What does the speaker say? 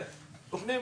בכניסה